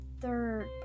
third